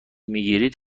میگیرید